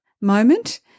moment